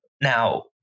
now